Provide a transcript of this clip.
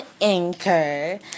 Anchor